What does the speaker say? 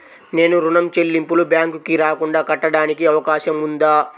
నేను ఋణం చెల్లింపులు బ్యాంకుకి రాకుండా కట్టడానికి అవకాశం ఉందా?